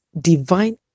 divine